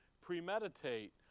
premeditate